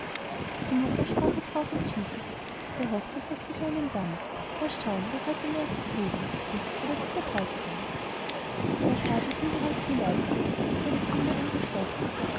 zur mutter sprach er drauf entschieden der hochzeit setz ich einen damm laß schaun wer heute mehr zufrieden ich oder dieser bräutigam er tat was ihm bereits geläufig in seine kammer eingeschlossen